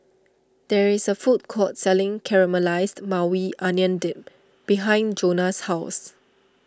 there is a food court selling Caramelized Maui Onion Dip behind Johnna's house